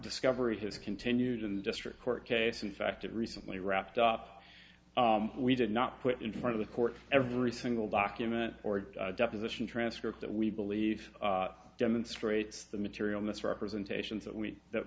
discovery has continued and district court case in fact recently wrapped up we did not put in front of the court every single document or deposition transcript that we believe demonstrates the material misrepresentations that